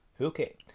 Okay